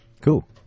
Cool